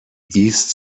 east